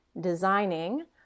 designing